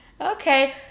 Okay